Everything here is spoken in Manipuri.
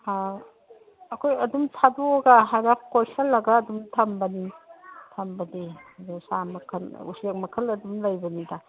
ꯍꯥ ꯑꯩꯈꯣꯏ ꯑꯗꯨꯝ ꯊꯥꯗꯣꯛꯂꯒ ꯍꯥꯏꯔꯞ ꯀꯣꯏꯁꯤꯜꯂꯒ ꯑꯗꯨꯝ ꯊꯝꯕꯅꯤ ꯊꯝꯕꯗꯤ ꯑꯗꯨ ꯁꯥ ꯃꯈꯜ ꯎꯆꯦꯛ ꯃꯈꯜ ꯑꯗꯨꯝ ꯂꯩꯕꯅꯤꯗ